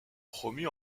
promu